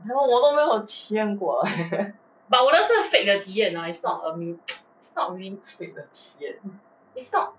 ya lor 我不过我都没有体验过 fake 的体验